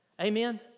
Amen